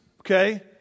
okay